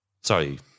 Sorry